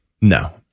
No